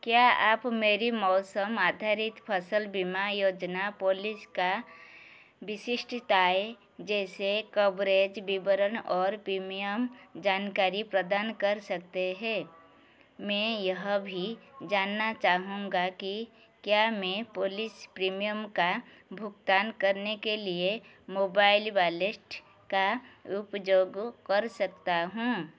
क्या आप मेरी मौसम आधारित फसल बीमा योजना पॉलिस का विशिष्टताएँ जैसे कवरेज विवरण और प्रीमियम जानकारी प्रदान कर सकते हैं मैं यह भी जानना चाहूँगा कि क्या मैं पॉलिसी प्रीमियम का भुगतान करने के लिए मोबाइल वॉलेट का उपयोग कर सकता हूँ